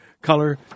color